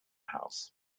house